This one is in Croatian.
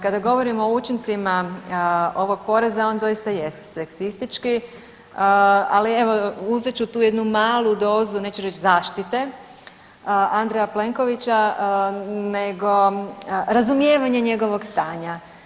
Kada govorimo o učincima ovog poreza on doista jest seksistički, ali evo uzet ću tu jednu malu dozu neću reći zaštite Andreja Plenkovića, nego razumijevanja njegovog stanja.